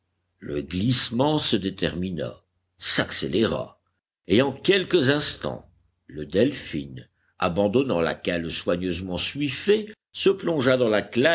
le glissement se détermina s'accéléra et en quelques instants le delphin abandonnant la cale soigneusement suiffée se plongea dans la